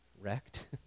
wrecked